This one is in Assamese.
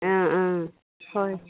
অঁ অঁ হয়